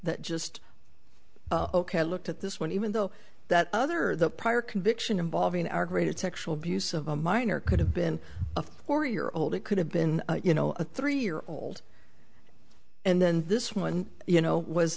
just looked at this one even though that other the prior conviction involving our greatest sexual abuse of a minor could have been a four year old it could have been you know a three year old and this one you know was